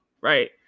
right